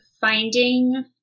finding